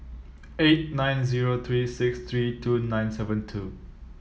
eight nine zero three six three two nine seven two